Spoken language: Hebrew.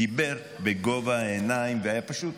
הוא דיבר בגובה העיניים, והיה פשוט